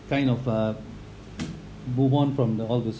kind of uh move on from the all this